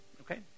okay